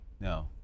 No